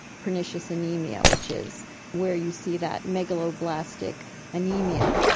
pernicious anaemia, which is where you see that megaloblastic anaemia.